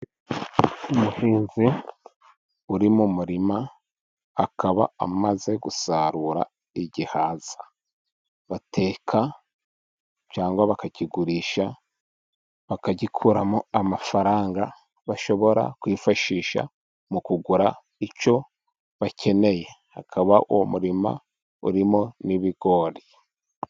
Umuhungu uri mu murima, akaba amaze gusarura igihaza bateka, cyangwa bakakigurisha, bakagikuramo amafaranga, bashobora kwifashisha mu kugura icyo bakeneye, akaba uwo murimo urimo n'ibigori.